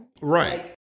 Right